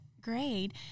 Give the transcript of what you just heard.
grade